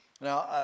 Now